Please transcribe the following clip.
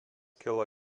kilo